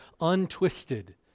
untwisted